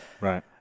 Right